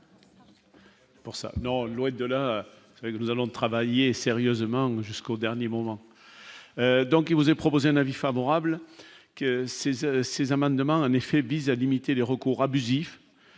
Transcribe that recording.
pour ça, non loin de là, avec nous allons travailler sérieusement, jusqu'au dernier moment, donc il vous est proposé un avis favorable que ces et ces amendements un effet vise à limiter les recours abusifs